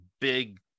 big